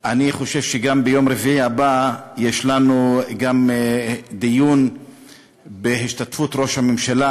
אני חושב שגם ביום רביעי הבא יש לנו גם דיון בהשתתפות ראש הממשלה,